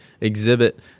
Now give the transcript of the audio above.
exhibit